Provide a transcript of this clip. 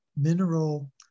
mineral